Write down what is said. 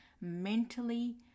mentally